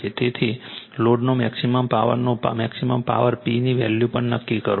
તેથી લોડનો મેક્સિમમ પાવરનો મેક્સિમમ પાવર P ની વેલ્યુ પણ નક્કી કરો